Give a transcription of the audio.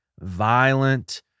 violent